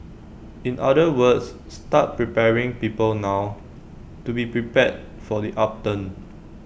in other words start preparing people now to be prepared for the upturn